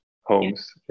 homes